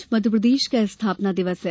आज मध्यप्रदेश का स्थापना दिवस है